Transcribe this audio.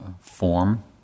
form